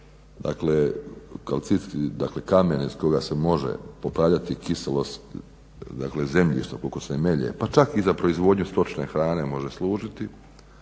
kalcit, kamen iz kojeg se može popravljati kiselost zemljišta koliko se melje pa čak i za proizvodnju stočne hrane može služiti,